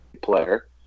player